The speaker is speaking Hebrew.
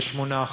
ב-8%.